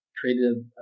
created